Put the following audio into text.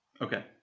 Okay